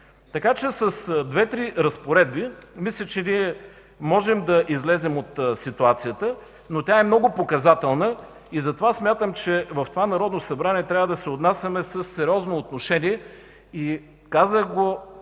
Така че с две-три разпоредби ние можем да излезем от ситуацията, но тя е много показателна. Затова смятам, че в това Народно събрание трябва да се отнасяме със сериозно отношение. Казах го